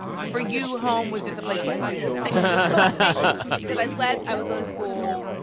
for you, home was just a place you slept. but because i slept i would go to school,